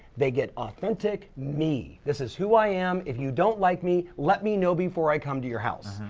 they get authentic me. this is who i am, if you don't like me, let me know before i come to your house.